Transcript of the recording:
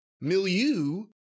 milieu